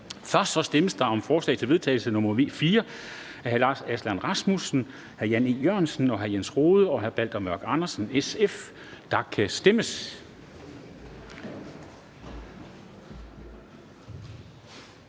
Der stemmes først om forslag til vedtagelse nr. V 4 af Lars Aslan Rasmussen (S), Jan E. Jørgensen (V), Jens Rohde (RV) og Balder Mørk Andersen (SF). Der kan stemmes.